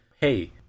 hey